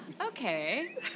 okay